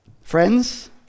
Friends